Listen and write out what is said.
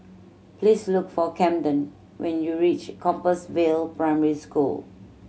please look for Kamden when you reach Compassvale Primary School